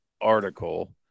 article